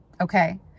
okay